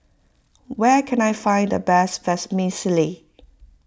where can I find the best Vermicelli